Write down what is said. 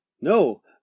no